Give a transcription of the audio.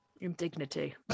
Indignity